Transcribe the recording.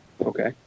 okay